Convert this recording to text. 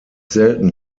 selten